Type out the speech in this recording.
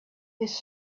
his